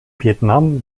vietnam